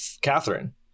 Catherine